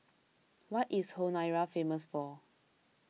what is Honiara famous for